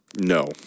No